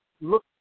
look